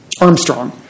Armstrong